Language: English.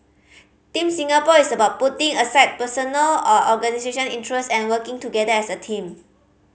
Team Singapore is about putting aside personal or organisation interest and working together as a team